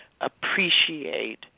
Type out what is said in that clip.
appreciate